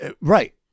Right